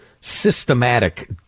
Systematic